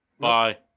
Bye